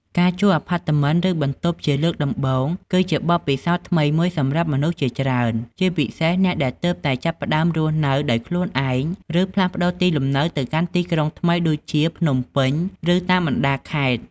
ការជួលអាផាតមិន ឬបន្ទប់ជាលើកដំបូង គឺជាបទពិសោធន៍ថ្មីមួយសម្រាប់មនុស្សជាច្រើន ជាពិសេសអ្នកដែលទើបតែចាប់ផ្តើមរស់នៅដោយខ្លួនឯង ឬផ្លាស់ប្តូរទីលំនៅទៅកាន់ទីក្រុងថ្មីដូចជាភ្នំពេញ ឬតាមបណ្តាខេត្ត។